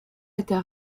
était